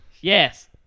Yes